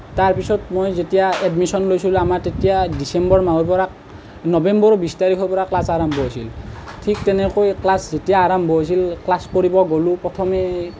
তাৰপিছত মই যেতিয়া এডমিশ্যন লৈছিলোঁ আমাৰ তেতিয়া ডিচেম্বৰ মাহৰ পৰা নৱেম্বৰৰ বিশ তাৰিখৰ পৰা ক্লাছ আৰম্ভ হৈছিল ঠিক তেনেকৈ ক্লাছ যেতিয়া আৰম্ভ হৈছিল ক্লাছ কৰিব গ'লোঁ প্ৰথমে